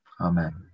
Amen